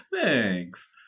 Thanks